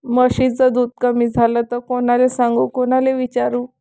म्हशीचं दूध कमी झालं त कोनाले सांगू कोनाले विचारू?